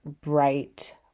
bright